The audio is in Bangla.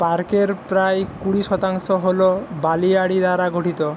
পার্কের প্রায় কুড়ি শতাংশ হল বালিয়াড়ি দ্বারা গঠিত